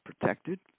protected